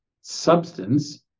substance